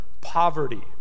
poverty